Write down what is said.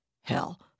Hell